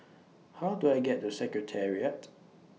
How Do I get to Secretariat